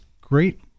great